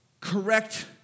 correct